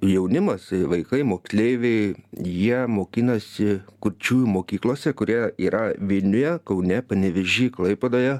jaunimas vaikai moksleiviai jie mokinasi kurčiųjų mokyklose kurie yra vilniuje kaune panevėžy klaipėdoje